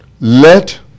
Let